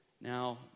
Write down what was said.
Now